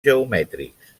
geomètrics